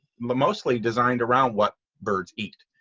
mostly designed around what birds eat.